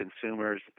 Consumers